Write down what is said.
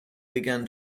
began